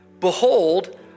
Behold